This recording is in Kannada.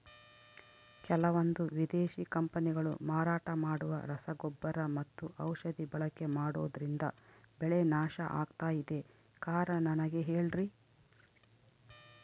ಕೆಲವಂದು ವಿದೇಶಿ ಕಂಪನಿಗಳು ಮಾರಾಟ ಮಾಡುವ ರಸಗೊಬ್ಬರ ಮತ್ತು ಔಷಧಿ ಬಳಕೆ ಮಾಡೋದ್ರಿಂದ ಬೆಳೆ ನಾಶ ಆಗ್ತಾಇದೆ? ಕಾರಣ ನನಗೆ ಹೇಳ್ರಿ?